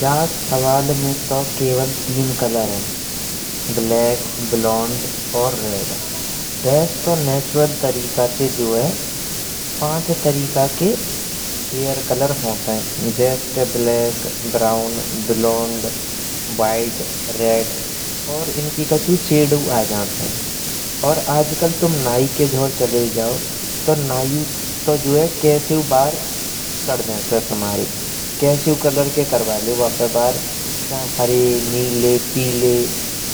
जा सवाल में तो केवल तीन कलर है। ब्लैक ब्लॉन्ड और रेड वैसे तो नैचुरल तरीक़ा ते जो है, पांच तरीके के हेयर कलर होताये। Black, brown, blonde, white, red और इनकी कछु शेडान आये। जतेन और आज कल तुम नई के जोर चले जयो, तो नई तो जो है। कैसेऊ बार कर देतुन तुम्हारे कैसीसे कलर के करवैलेयो बा पे बार हरे नीले,